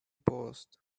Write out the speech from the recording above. paused